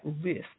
risk